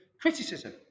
criticism